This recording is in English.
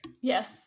Yes